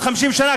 עוד 50 שנה?